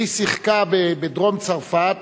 והיא שיחקה בדרום צרפת,